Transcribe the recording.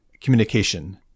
communication